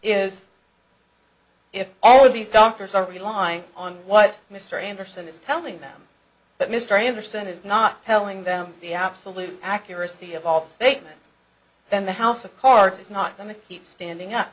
is if all of these doctors are relying on what mr anderson is telling them that mystery understand is not telling them the absolute accuracy of all the statements then the house of cards is not going to keep standing up